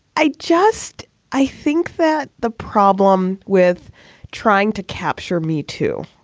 i just i think that the problem with trying to capture me, too,